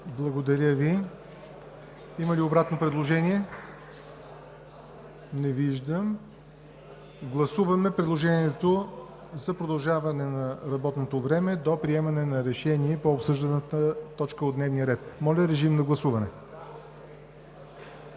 Благодаря Ви. Има ли обратно предложение? Не виждам. Гласуваме предложението за продължаване на работното време до приемане на решение по обсъжданата точка от дневния ред. Гласували